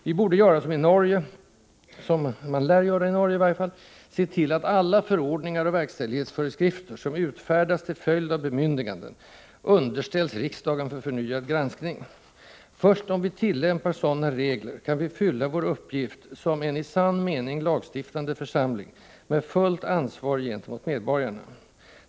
Vi borde göra som man lär göra i Norge: se till att alla förordningar och verkställighetsföreskrifter, som utfärdas till följd av bemyndiganden, underställs stortinget för förnyad granskning. Först om vi tillämpar sådana regler kan vi fylla vår uppgift som en i sann mening lagstiftande församling med fullt ansvar gentemot medborgarna.